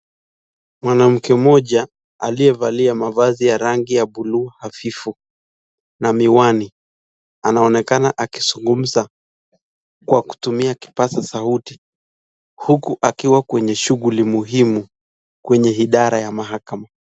Mwanamke mmoja aliyevalia mavazi ya bluu hafifu na miwani , anaonekana akizungumza kwa kutumia kipasa sauti huku akiwa kwenye shughuli muhimu kwenye idara ya mahakama.